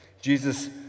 Jesus